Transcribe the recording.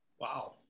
Wow